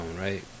right